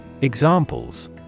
Examples